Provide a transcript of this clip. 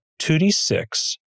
2D6